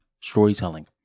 storytelling